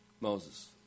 Moses